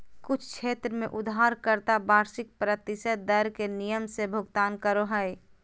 कुछ क्षेत्र में उधारकर्ता वार्षिक प्रतिशत दर के नियम से भुगतान करो हय